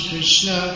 Krishna